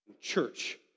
Church